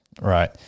Right